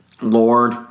Lord